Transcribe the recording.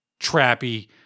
trappy